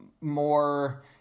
more